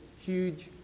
huge